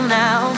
now